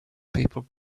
people